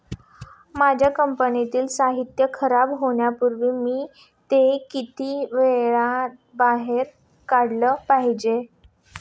माझ्या कंपनीतील साहित्य खराब होण्यापूर्वी मी ते किती वेळा बाहेर काढले पाहिजे?